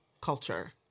culture